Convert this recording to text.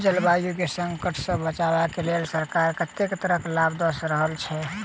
जलवायु केँ संकट सऽ बचाबै केँ लेल सरकार केँ तरहक लाभ दऽ रहल छै?